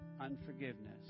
unforgiveness